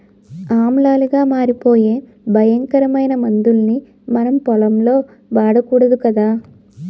ఆమ్లాలుగా మారిపోయే భయంకరమైన మందుల్ని మనం పొలంలో వాడకూడదు కదా